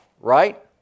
right